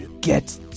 get